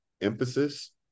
emphasis